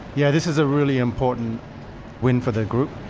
yeah this is a really important win for the group.